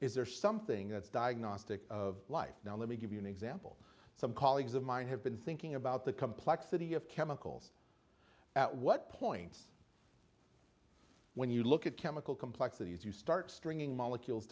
is there something that's diagnostic of life now let me give you an example some colleagues of mine have been thinking about the complexity of chemicals at what point when you look at chemical complexity as you start stringing molecules